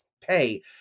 pay